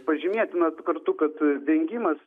pažymėtina kartu kad vengimas